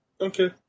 Okay